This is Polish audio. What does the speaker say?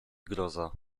groza